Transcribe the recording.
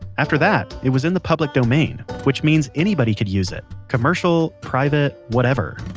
after that it was in the public domain, which means anybody could use it. commercial, private, whatever.